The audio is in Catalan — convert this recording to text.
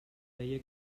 deia